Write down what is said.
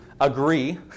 agree